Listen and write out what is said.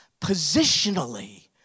positionally